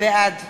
בעד